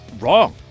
wrong